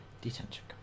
detention